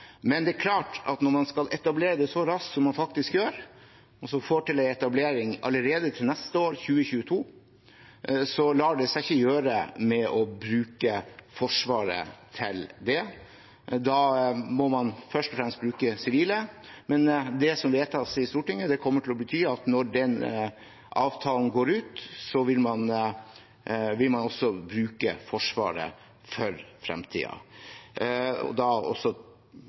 Men det er klart at når man skal etablere det så raskt som man faktisk gjør – man får altså til en etablering allerede til neste år, i 2022 – lar det seg ikke gjøre ved å bruke Forsvaret til det. Da må man først og fremst bruke sivile. Det som vedtas i Stortinget, kommer til å bety at når den avtalen går ut, vil man bruke Forsvaret for fremtiden. Da betyr det også